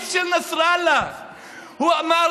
חברים,